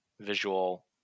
visual